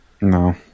No